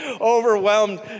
overwhelmed